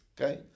Okay